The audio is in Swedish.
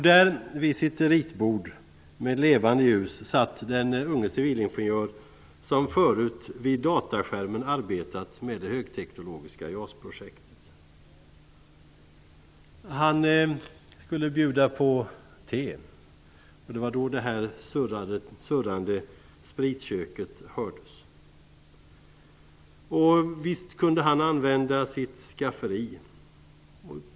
Där vid sitt bord med levande ljus satt den unge civilingenjör som förut vid dataskärmen arbetat med det högteknologiska JAS-projektet. Han skulle bjuda på te. Det var då det surrande spritköket hördes. Visst kunde han använda sitt skafferi.